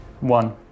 One